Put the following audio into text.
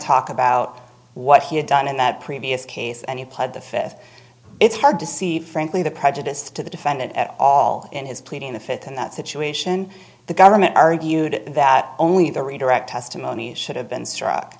talk about what he had done in that previous case and he pled the fifth it's hard to see frankly the prejudice to the defendant at all in his pleading the fifth in that situation the government argued that only the redirect testimony should have been struck